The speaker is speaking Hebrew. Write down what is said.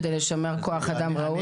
כדי לשמר כוח אדם ראוי.